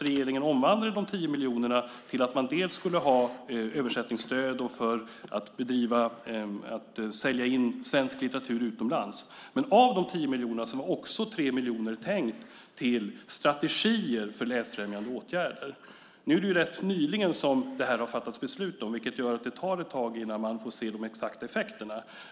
Regeringen omvandlade de 10 miljonerna till att man skulle ha översättningsstöd för att sälja in svensk litteratur utomlands. Av de 10 miljonerna var 3 miljoner tänkt till strategier för läsfrämjande åtgärder. Det har fattats beslut om det här rätt nyligen så det tar ett tag innan man får se de exakta effekterna.